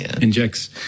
injects